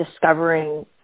discovering